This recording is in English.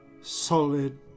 solid